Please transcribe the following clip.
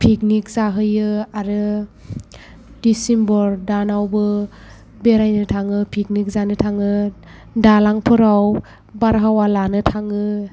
picnic जाहैयो आरो December दानावबो बेरायनो थाङो पिकनिक जानो थाङो दालांफोराव बारहावा लानो थाङो